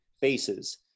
faces